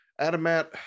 Adamat